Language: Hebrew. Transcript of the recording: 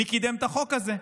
מי קידם את החוק הזה.